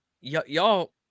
y'all